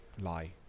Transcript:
lie